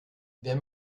wenn